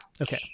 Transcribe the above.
Okay